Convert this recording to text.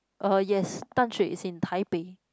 oh yes Dan-Shui is in Tai-Pei